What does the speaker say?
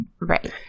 Right